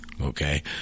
okay